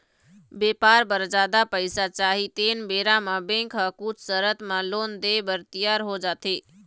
बेपार बर जादा पइसा चाही तेन बेरा म बेंक ह कुछ सरत म लोन देय बर तियार हो जाथे